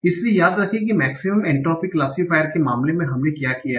इसलिए याद रखें कि मेक्सिमम एन्ट्रापी क्लासिफायर के मामले में हमने क्या किया है